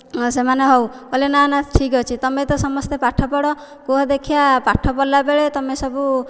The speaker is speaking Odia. ସେମାନେ ହଉ କହିଲେ ନା ନା ଠିକ୍ ଅଛି ତୁମେ ତ ସମସ୍ତେ ପାଠ ପଢ କୁହ ଦେଖିବା ପାଠ ପଢ଼ିଲା ବେଳେ ତୁମେ ସବୁ